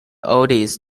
eldest